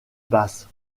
basse